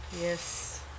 Yes